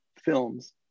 films